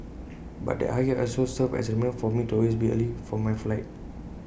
but that heartache has also served as A reminder for me to always be early for my flight